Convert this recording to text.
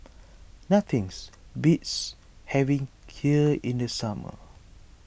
nothings beats having Kheer in the summer